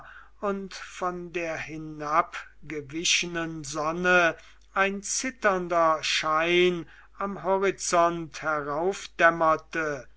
und von der hinabgewichenen sonne ein zitternder schein am horizont heraufdämmerte